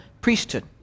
priesthood